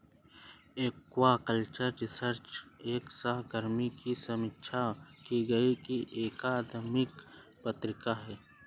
aquaculture research एक सहकर्मी की समीक्षा की गई अकादमिक पत्रिका है